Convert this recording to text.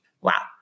Wow